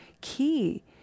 key